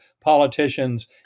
politicians